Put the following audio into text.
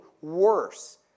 worse